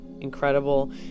incredible